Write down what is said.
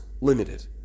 limited